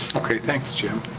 okay, thanks, jim.